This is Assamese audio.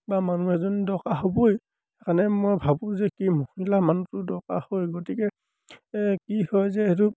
বা মানুহ এজনী দৰকাৰ হ'বই সেইকাৰণে মই ভাবোঁ যে কি মহিলা মানুহটো দৰকাৰ হয় গতিকে কি হয় যে সেইটো